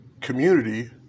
community